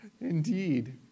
Indeed